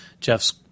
Jeff's